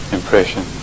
impression